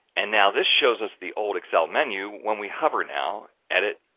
and now this shows us the old excel menu when we hover now edit